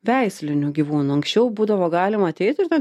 veislinių gyvūnų anksčiau būdavo galima ateit ir ten